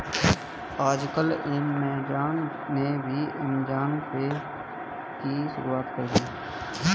आजकल ऐमज़ान ने भी ऐमज़ान पे की शुरूआत कर दी है